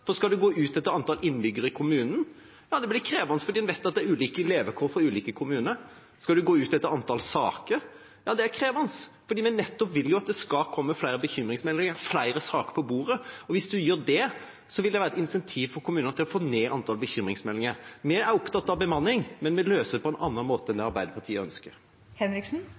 Skal en gå etter antallet innbyggere i kommunen? Det blir krevende, for vi vet at det er ulike levekår i ulike kommuner. Skal en gå etter antallet saker? Det er krevende, for vi vil jo nettopp at det skal komme flere bekymringsmeldinger og flere saker på bordet, og hvis en gjør det, vil det være et incentiv for kommunene til å få ned antallet bekymringsmeldinger. Vi er opptatt av bemanning, men vi vil løse det på en annen måte enn Arbeiderpartiet ønsker. Det